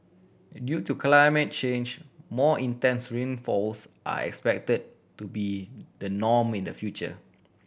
in due to climate change more intense rainfalls are expected to be the norm in the future